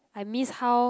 I miss how